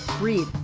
Read